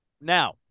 now